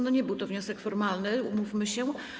Nie był to wniosek formalny, umówmy się.